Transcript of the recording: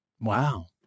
Wow